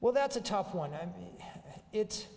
well that's a tough one i mean it's